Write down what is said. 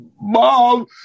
mom